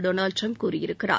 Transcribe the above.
Donald Trump கூறியிருக்கிறார்